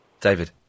David